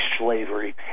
slavery